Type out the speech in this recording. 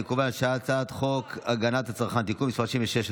אני קובע שהצעת חוק הגנת הצרכן (תיקון מס' 66),